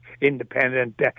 independent